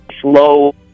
slow